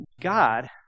God